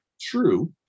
true